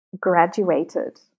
graduated